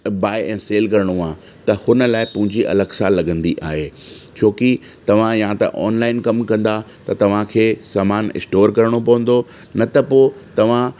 बाए ऐं सेल करिणो आहे त हुन लाइ पूंजी अलॻि सां लॻंदी आहे छो कि तव्हां या त ऑनलाईन कमु कंदा त खे सामान स्टॉर करिणो पवंदो न त पोइ तव्हां